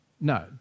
No